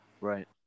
Right